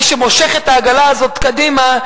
מי שמושך את העגלה הזאת קדימה,